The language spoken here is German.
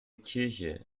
kirche